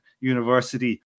University